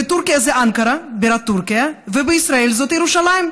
בטורקיה זו אנקרה בירת טורקיה ובישראל זאת ירושלים,